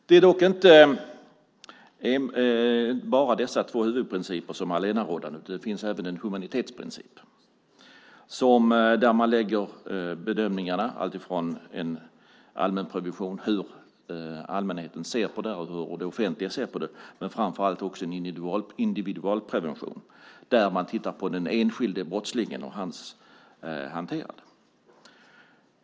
Det är dock inte dessa huvudprinciper som är allenarådande, utan det finns även en humanitetsprincip. Bedömningarna görs utifrån en allmänprevention där man tittar på hur allmänheten och hur det offentliga ser på brottet, men framför allt också en individualprevention där man tittar på den enskilde brottslingen och hans agerande.